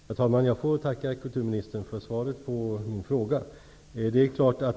Herr talman! Jag vill tacka kulturministern för svaret på min fråga.